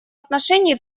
отношении